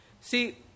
See